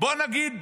בוא נגיד,